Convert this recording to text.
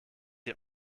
ihr